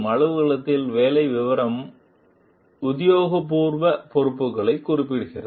அலுவலகத்தில் வேலை விவரம் உத்தியோகபூர்வ பொறுப்புகளைக் குறிப்பிடுகிறது